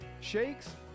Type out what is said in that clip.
shakes